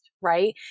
right